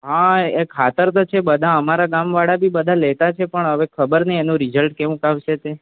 હાં એ ખાતર તો છે બધા અમારા ગામ વાળા બી બધા લેતા છે પણ અવે ખબર નહીં એનું રિઝલ્ટ કેવુંક આવશે તે